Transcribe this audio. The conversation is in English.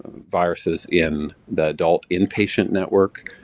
viruses in the adult inpatient network,